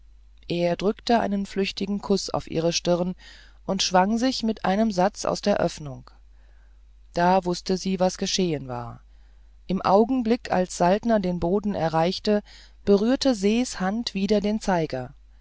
er drückte einen flüchtigen kuß auf ihre stirn und schwang sich mit einem satz aus der öffnung da wußte sie was geschehen war im augenblick als saltner den boden erreichte berührte ses hand wieder den zeiger